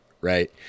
Right